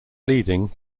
bleeding